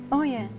oh yeah,